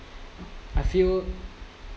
I feel